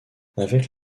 avec